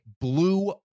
blew